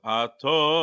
ato